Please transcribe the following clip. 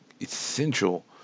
essential